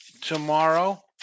tomorrow